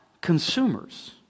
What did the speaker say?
consumers